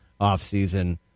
offseason